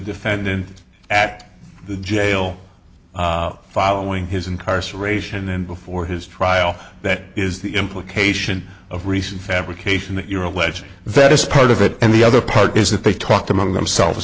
defendant at the jail following his incarceration and before his trial that is the implication of recent fabrication that you're alleging that is part of it and the other part is that they talked among themselves